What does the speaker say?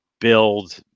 build